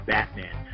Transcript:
Batman